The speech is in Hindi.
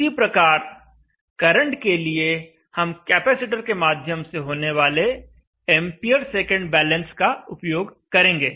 इसी प्रकार करंट के लिए हम कैपेसिटर के माध्यम से होने वाले एंपियर सेकेंड बैलेंस का उपयोग करेंगे